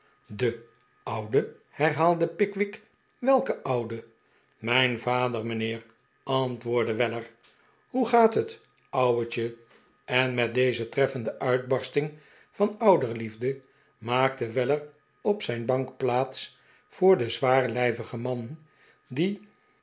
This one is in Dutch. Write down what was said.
de oude herhaalde picwick welke oude tl mijn vader mijnheer antwoordde weller hoe gaat het ouwetje en met deze treffende uitbarsting van ouderliefde maakte weller op zijn bank plaats voor den zwaarlijvigen man die